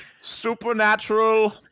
supernatural